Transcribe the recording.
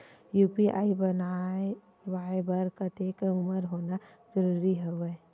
UPI बनवाय बर कतेक उमर होना जरूरी हवय?